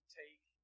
take